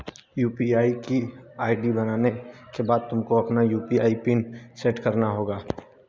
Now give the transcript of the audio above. UPI की ID बनाने के बाद तुमको अपना यू.पी.आई पिन सैट करना होगा